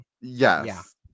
Yes